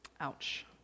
Ouch